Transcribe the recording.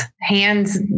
hands